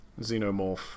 xenomorph